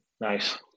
Nice